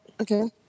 Okay